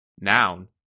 noun